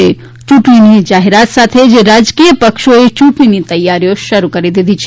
યૂંટણીની જાહેરાત સાથે જ રાજકીય પક્ષોએ યૂંટણીની તૈયારીઓ શરૂ કરી દીધી છે